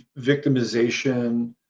victimization